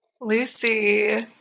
Lucy